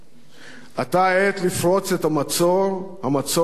עתה העת לפרוץ את המצור, המצור הביטחוני-המדיני,